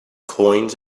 coins